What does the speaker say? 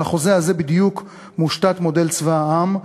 על החוזה הזה בדיוק מושתת מודל צבא העם,